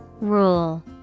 Rule